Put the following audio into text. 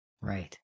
Right